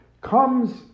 comes